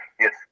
yes